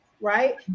Right